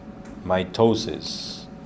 mitosis